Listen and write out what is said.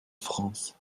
france